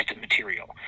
material